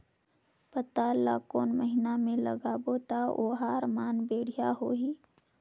पातल ला कोन महीना मा लगाबो ता ओहार मान बेडिया होही?